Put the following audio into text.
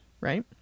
right